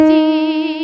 See